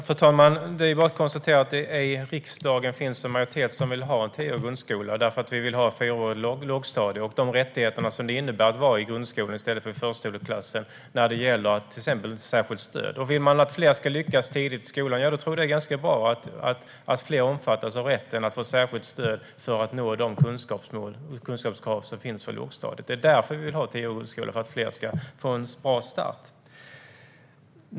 Fru talman! Det är bara att konstatera att det i riksdagen finns en majoritet som vill ha en tioårig grundskola eftersom vi vill ha ett fyraårigt lågstadium och de rättigheter som det innebär att vara i grundskolan i stället för i förskoleklassen när det gäller till exempel särskilt stöd. Om man vill att fler ska lyckas tidigt i skolan tror jag att det är ganska bra att fler omfattas av rätten att få särskilt stöd för att nå de kunskapskrav som finns för lågstadiet. Det är därför vi vill ha tioårig grundskola: för att fler ska få en bra start.